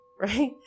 right